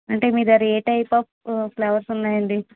అంటే మీ దగ్గిర ఏ టైప్ ఆఫ్ ఫ్లవర్స్ ఉన్నాయండి